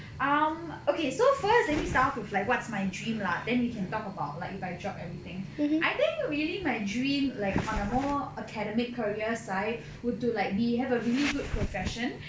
um okay so first let me start off with like what's my dream lah then we can talk about like if I drop everything I think really my dream like on a more academic career side would to like be have a really good profession